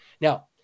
Now